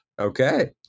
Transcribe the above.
Okay